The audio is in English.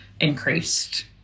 increased